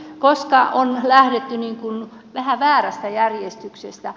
koska on lähdetty vähän väärästä järjestyksestä